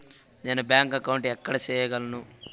నేను bank account ఎక్కడ సేయగలను